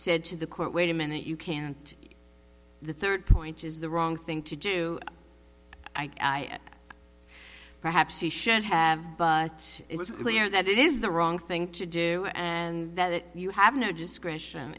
said to the court wait a minute you can't the third point is the wrong thing to do perhaps he should have but it was clear that it is the wrong thing to do and that you have no discretion